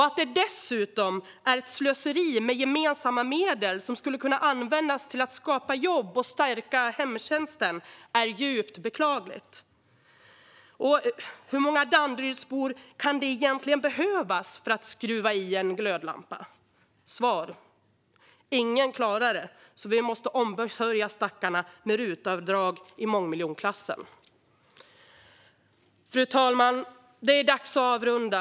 Att det dessutom är ett slöseri med gemensamma medel som skulle kunna används till att skapa jobb och stärka hemtjänsten är djupt beklagligt. Och hur många Danderydsbor kan det egentligen behövas för att skruva i en glödlampa. Svar: Ingen klarar det, så vi måste ombesörja stackarna med RUT-avdrag i mångmiljonklassen. Fru talman! Det är dags att avrunda.